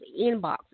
inboxes